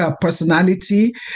personality